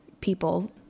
people